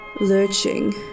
Lurching